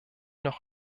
noch